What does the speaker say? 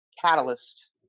Catalyst